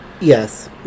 Yes